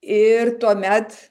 ir tuomet